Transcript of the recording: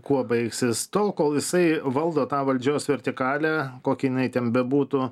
kuo baigsis tol kol jisai valdo tą valdžios vertikalę kokia jinai ten bebūtų